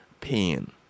pain